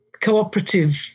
cooperative